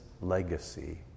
legacy